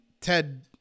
Ted